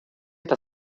par